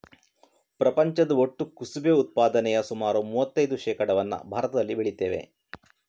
ಪ್ರಪಂಚದ ಒಟ್ಟು ಕುಸುಬೆ ಉತ್ಪಾದನೆಯ ಸುಮಾರು ಮೂವತ್ತೈದು ಶೇಕಡಾವನ್ನ ಭಾರತದಲ್ಲಿ ಬೆಳೀತೇವೆ